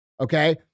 Okay